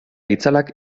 itzalak